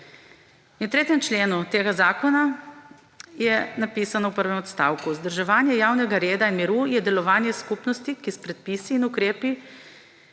In v 3. členu tega zakona je napisano v prvem odstavku: »Vzdrževanje javnega reda in miru je delovanje skupnosti, ki s predpisi in ukrepi